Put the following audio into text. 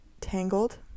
tangled